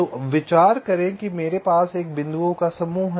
तो आइए विचार करें कि मेरे पास बिंदुओं का एक समूह है